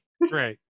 Great